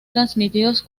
transmitidos